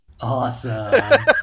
Awesome